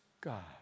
God